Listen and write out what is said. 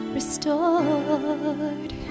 Restored